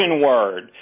word